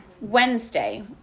Wednesday